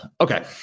Okay